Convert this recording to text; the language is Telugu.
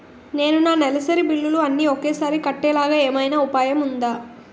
నేను నా నెలసరి బిల్లులు అన్ని ఒకేసారి కట్టేలాగా ఏమైనా ఉపాయం ఉందా?